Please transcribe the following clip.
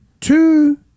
two